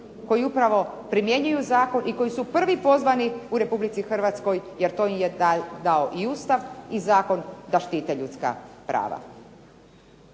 koji upravo primjenjuju zakon i koji su prvi pozvani u RH jer to im je dao i Ustav i zakon da štite ljudska prava,